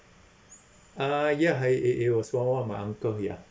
uh ya it it it was one of my uncle here